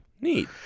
Neat